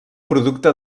producte